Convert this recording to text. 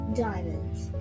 diamonds